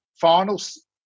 finals